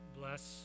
bless